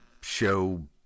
show